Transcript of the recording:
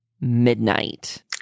midnight